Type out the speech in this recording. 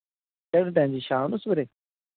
ਕਿਹੜੇ ਟਾਈਮ ਜੀ ਸ਼ਾਮ ਸਵੇਰੇ